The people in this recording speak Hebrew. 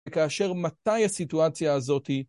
וכאשר מתי הסיטואציה הזאת...